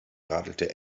radelte